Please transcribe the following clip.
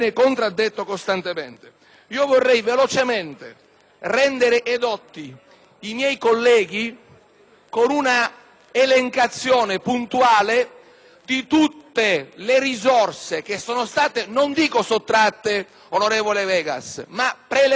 con una elencazione puntuale di tutte le risorse che sono state, se non sottratte, quanto meno prelevate dal FAS ed utilizzate per le piusvariate attivita.